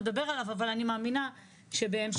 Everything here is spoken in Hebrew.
אני חושב שזה מאוד חשוב,